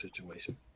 situation